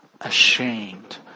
ashamed